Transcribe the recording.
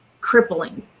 crippling